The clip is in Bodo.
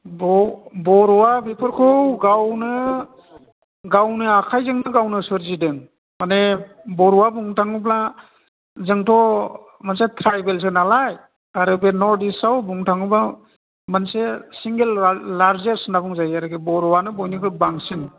बर' बर'आ बेफोरखौ गावनो गावनो आखाइजोंनो गावनो सोरजिदों माने बर'आ बुंनो थाङोब्ला जोंथ' मोनसे ट्राइबेलसो नालाय आरो बे नर्थ इस्ट आव बुंनो थाङोब्ला मोनसे सिंगल लारजेस्ट होनना बुंजायो आरोखि बर'आनो बयनिबो बांसिन